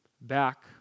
Back